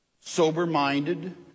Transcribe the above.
sober-minded